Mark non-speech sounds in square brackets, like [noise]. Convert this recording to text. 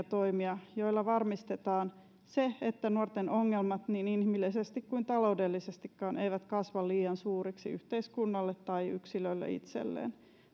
[unintelligible] toimia joilla varmistetaan se että nuorten ongelmat niin inhimillisesti kuin taloudellisestikaan eivät kasva liian suureksi yhteiskunnalle tai yksilölle itselleen